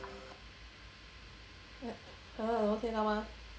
hello hello 听到吗